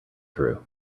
through